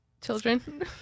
children